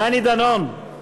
דני דנון.